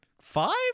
five